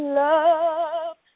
love